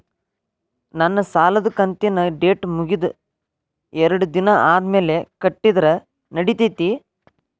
ನನ್ನ ಸಾಲದು ಕಂತಿನ ಡೇಟ್ ಮುಗಿದ ಎರಡು ದಿನ ಆದ್ಮೇಲೆ ಕಟ್ಟಿದರ ನಡಿತೈತಿ?